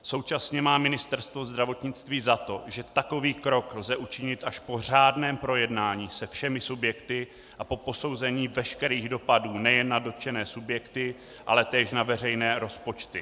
Současně má Ministerstvo zdravotnictví za to, že takový krok lze učit až po řádném projednání se všemi subjekty a po posouzení veškerých dopadů nejen na dotčené subjekty, ale též na veřejné rozpočty.